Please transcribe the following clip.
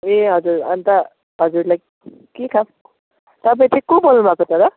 ए हजुर अन्त हजुरलाई के काम तपाईँ चाहिँ को बोल्नु भएको तर